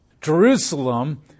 Jerusalem